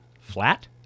Flat